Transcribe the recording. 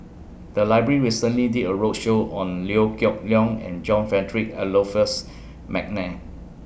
The Library recently did A roadshow on Liew Geok Leong and John Frederick Adolphus Mcnair